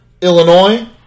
Illinois